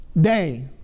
day